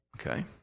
Okay